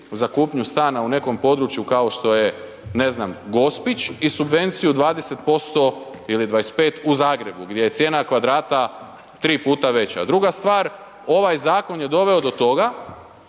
za kupnju stana u nekom području kao što je ne znam, Gospić i subvenciju od 20% ili 25% u Zagrebu gdje je cijena kvadrata 3 puta veća. Druga stvar, ovaj zakon je doveo do toga